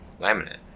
Laminate